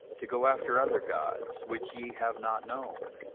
to go after other gods, which ye have not known.